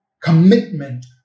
commitment